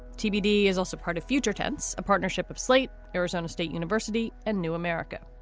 tbd is also part of future tense, a partnership of slate, arizona state university and new america.